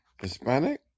Hispanic